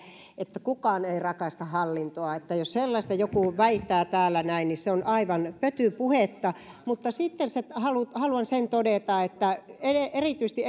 että kukaan ei rakasta hallintoa jos sellaista joku väittää täällä niin se on aivan pötypuhetta mutta sitten haluan sen todeta että erityisesti